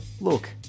look